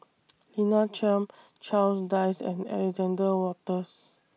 Lina Chiam Charles Dyce and Alexander Wolters